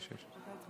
בעד?